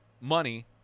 money